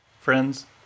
Friends